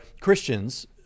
Christians